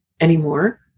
anymore